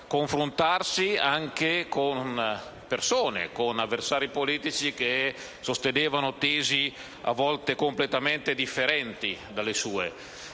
confrontarsi anche con avversari politici che sostenevano tesi a volte completamente differenti dalle sue.